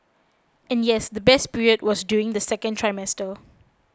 and yes the best period was during the second trimester